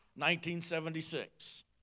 1976